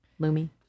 Lumi